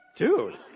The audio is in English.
dude